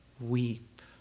weep